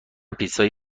پیتزای